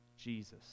Jesus